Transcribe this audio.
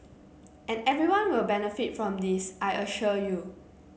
and everyone will benefit from this I assure you